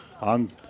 on